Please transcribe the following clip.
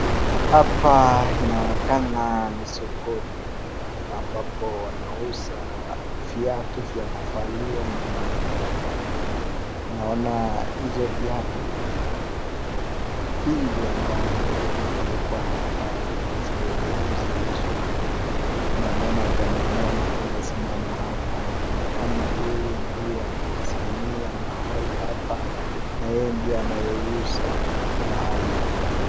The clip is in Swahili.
Hapa inaonekana ni sokoni ambapo anauza ,viatu vya kuvaliwa nyumbani. Naona hizo viatu vingi ambavyo zimewekwa hapa ili ziweze kuziuzwa. Namwona, jamaa mmoja anayesimama hapa anaonekana yeye ndiye anayesimamia mahali hapa. Yeye ndiye anayeuza mahali hapa.